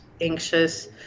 anxious